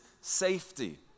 safety